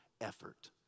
effort